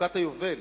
מחוקת היובל,